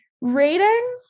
rating